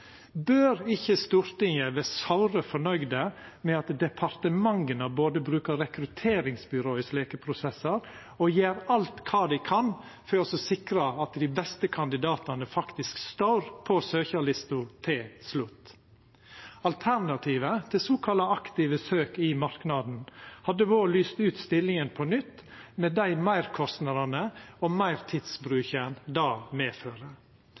Bør ikkje Stortinget vere såre fornøgd med at departementa både brukar rekrutteringsbyrå i slike prosessar og gjer alt dei kan for å sikra at dei beste kandidatane faktisk står på søkjarlista til slutt? Alternativet til såkalla aktive søk i marknaden hadde vore å lysa ut stillinga på nytt, med dei meirkostnadene og den meirtidsbruken det